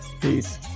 Peace